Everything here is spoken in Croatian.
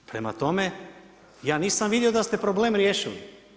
Prema tome, ja nisam vidio da ste problem riješili.